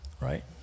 right